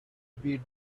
beat